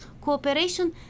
cooperation